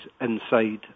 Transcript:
inside